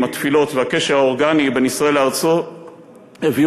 התפילות והקשר האורגני בין ישראל לארצו הביאו